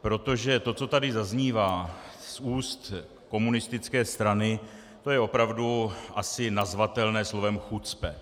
Protože to, co tady zaznívá z úst komunistické strany, to je opravdu asi nazvatelné slovem chucpe.